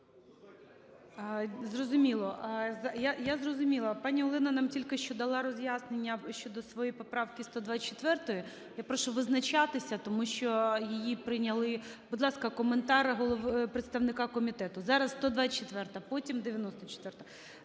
Зрозуміло. Я зрозуміла, пані Олена нам тільки що дала роз'яснення щодо своєї поправки 124. Я прошу визначатися, тому що її прийняли. Будь ласка, коментар представника комітету. Зараз 124-а. Потім 94-а.